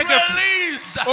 release